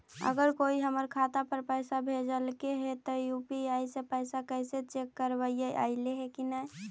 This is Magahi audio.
अगर कोइ हमर खाता पर पैसा भेजलके हे त यु.पी.आई से पैसबा कैसे चेक करबइ ऐले हे कि न?